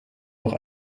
noch